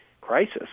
crisis